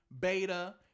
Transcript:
beta